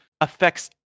affects